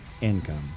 income